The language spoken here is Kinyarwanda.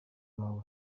bawe